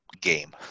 Game